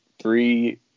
Three